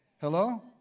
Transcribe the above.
Hello